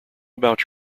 about